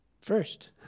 first